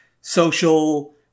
social